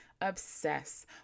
obsess